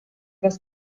was